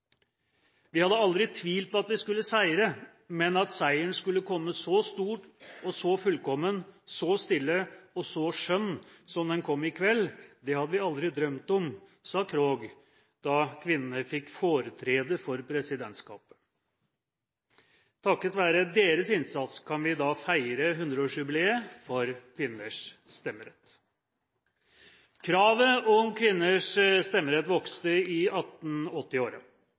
Vi hadde aldri tvilt på at vi skulle seire, men at seieren skulle komme så stor og så fullkommen, så stille og så skjønn som den kom i kveld, hadde vi aldri drømt om, sa Krog da kvinnene fikk foretrede for presidentskapet. Takket være deres innsats kan vi i dag feire 100-årsjubileet for kvinners stemmerett. Kravet om kvinners stemmerett vokste i